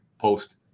post